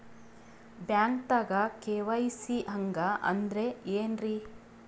ಬ್ಯಾಂಕ್ದಾಗ ಕೆ.ವೈ.ಸಿ ಹಂಗ್ ಅಂದ್ರೆ ಏನ್ರೀ?